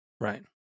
Right